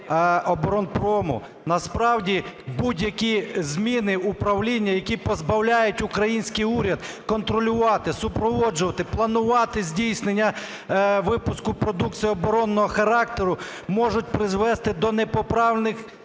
Насправді, будь-які зміни в управлінні, які позбавляють український уряд контролювати, супроводжувати, планувати здійснення випуску продукції оборонного характеру можуть призвести до непоправних